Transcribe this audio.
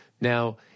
Now